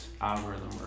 algorithm